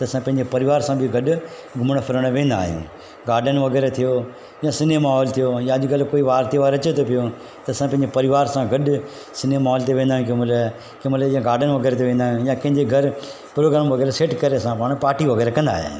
त असां पंहिंजे परिवार सां बि गॾु घुमणु फिरणु वेंदा आहियूं गाडन वग़ैरह थियो या सिनेमा हॉल थियो या अॼुकल्ह कोई वारु त्योहारु अचे थो पियो त असां पंहिंजे परिवार सां गॾु सिनेमा हॉल ते वेंदा आहियूं कंहिंमहिल कंहिंमहिल जीअं गाडन वग़ैरह ते वेंदा आहियूं या कंहिंजे घरु प्रोग्राम वग़ैरह सेट करे असां पाण पार्टी वग़ैरह कंदा आहियूं